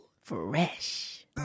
Fresh